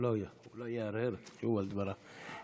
אולי הוא יהרהר על דבריו.